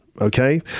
okay